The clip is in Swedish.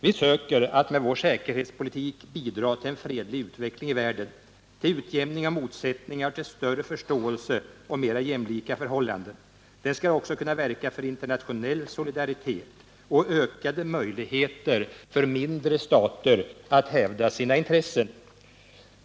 Vi söker att med vår säkerhetspolitik bidra till en fredlig utveckling i världen, till utjämning av motsättningar och till större förståelse och mera jämlika förhållanden. Den skall också kunna verka för internationell solidaritet och ökade möjligheter för mindre stater att hävda sina intressen.